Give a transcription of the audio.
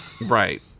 right